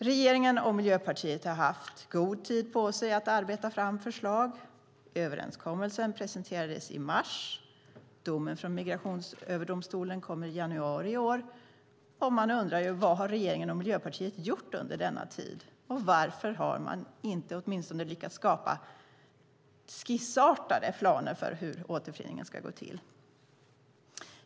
Regeringen och Miljöpartiet har haft god tid på sig att arbeta fram förslag. Överenskommelsen presenterades i mars. Domen från Migrationsöverdomstolen kom i januari i år. Man undrar vad regeringen och Miljöpartiet har gjort under denna tid. Varför har man inte lyckats skapa åtminstone skissartade planer för hur återföreningen ska gå till?